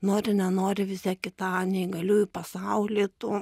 nori nenori vis tiek į tą neįgaliųjų pasaulį tu